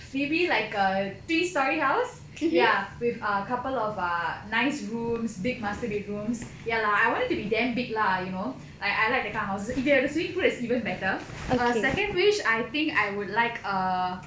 maybe like a three storey house ya with a couple of err nice rooms big master bedrooms ya lah I wanted to be damn big lah you know like I like the kind of house if you have a swimming pool it's even better err second wish I think I would like